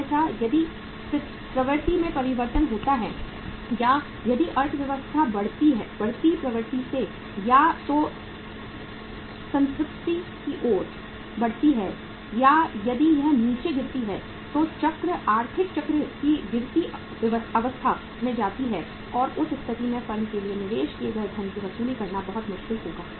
अन्यथा यदि प्रवृत्ति में परिवर्तन होता है और यदि अर्थव्यवस्था बढ़ती प्रवृत्ति से या तो संतृप्ति की ओर बढ़ती है या यदि यह नीचे गिरती है तो चक्र आर्थिक चक्र की गिरती अवस्था में जाती है और उस स्थिति में फर्म के लिए निवेश किए गए धन की वसूली करना बहुत मुश्किल होगा